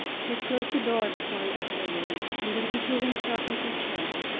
he had closed the door before he uttered a word, and then he threw himself into a chair.